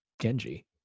Genji